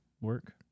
Work